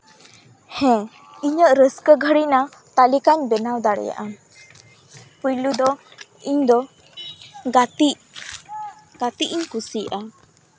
ᱦᱮᱸ ᱤᱧᱟᱹᱜ ᱨᱟᱹᱥᱠᱟᱹ ᱜᱷᱟᱹᱲᱤᱡ ᱨᱮᱱᱟᱜ ᱛᱟᱹᱞᱤᱠᱟᱧ ᱵᱮᱱᱟᱣ ᱫᱟᱲᱮᱭᱟᱜᱼᱟ ᱯᱩᱭᱞᱩ ᱫᱚ ᱤᱧᱫᱚ ᱜᱟᱛᱮᱜ ᱜᱟᱛᱮᱜ ᱤᱧ ᱠᱩᱥᱤᱭᱟᱜᱼᱟ